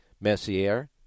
Messier